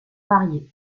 variée